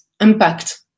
impact